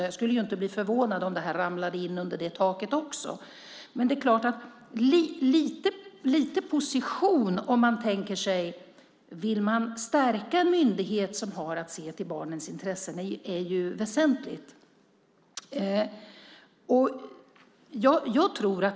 Jag skulle inte bli förvånad om det här ramlade under det taket också. En position är väsentlig om man tänker sig att stärka en myndighet som har att se till barnens intressen.